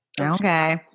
Okay